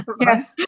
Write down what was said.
yes